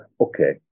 okay